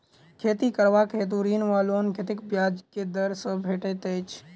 खेती करबाक हेतु ऋण वा लोन कतेक ब्याज केँ दर सँ भेटैत अछि?